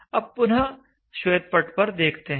अब पुनः श्वेत पट पर देखते हैं